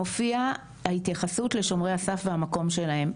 מופיע ההתייחסות ל'שומרי הסף' והמקום שלהם,